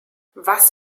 was